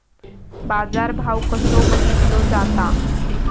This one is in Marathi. बाजार भाव कसो बघीतलो जाता?